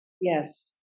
yes